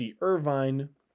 Irvine